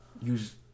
use